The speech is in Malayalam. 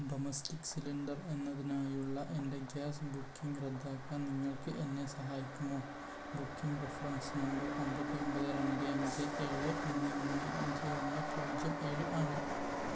ഡൊമസ്റ്റിക് സിലിണ്ടർ എന്നതിനായുള്ള എൻറ്റെ ഗ്യാസ് ബുക്കിങ് റദ്ദാക്കാൻ നിങ്ങൾക്ക് എന്നെ സഹായിക്കുമോ ബുക്കിങ് റഫ്രൻസ് നമ്പർ ഒമ്പത് ഒമ്പത് രണ്ട് അഞ്ച് ഏഴ് മൂന്ന് മൂന്ന് അഞ്ച് ഒന്ന് പൂജ്യം ഏഴ് ആണ്